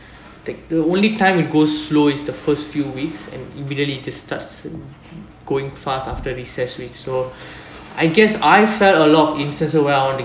take the only time you go slow is the first few weeks and immediately it just starts to going fast after recess week so I guess I felt a lot of instances where I wanna